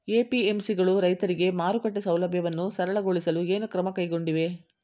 APMC ಗಳು ರೈತರಿಗೆ ಮಾರುಕಟ್ಟೆ ಸೌಲಭ್ಯವನ್ನು ಸರಳಗೊಳಿಸಲು ಏನು ಕ್ರಮ ಕೈಗೊಂಡಿವೆ?